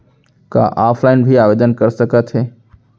का ऑफलाइन भी आवदेन कर सकत हे?